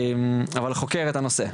שחוקר את הנושא,